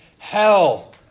Hell